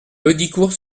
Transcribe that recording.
heudicourt